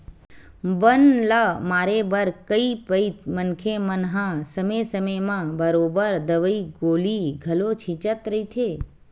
बन ल मारे बर कई पइत मनखे मन हा समे समे म बरोबर दवई गोली घलो छिंचत रहिथे